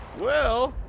well